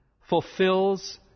fulfills